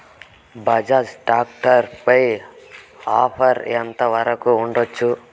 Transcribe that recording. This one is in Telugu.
బజాజ్ టాక్టర్ పై ఆఫర్ ఎంత వరకు ఉండచ్చు?